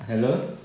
hello